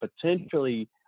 potentially